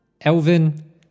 Elvin